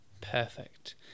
perfect